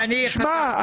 שמע,